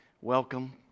welcome